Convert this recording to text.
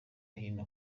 hino